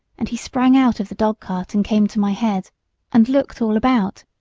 and he sprang out of the dog-cart and came to my head and looked all about.